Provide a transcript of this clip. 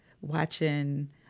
watching